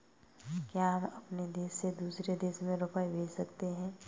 क्या हम अपने देश से दूसरे देश में रुपये भेज सकते हैं?